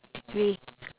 red